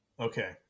Okay